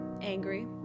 angry